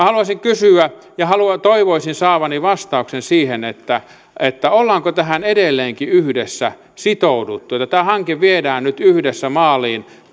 haluaisin kysyä ja toivoisin saavani vastauksen siihen ollaanko tähän edelleenkin yhdessä sitouduttu jotta tämä hanke viedään nyt yhdessä maaliin